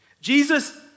Jesus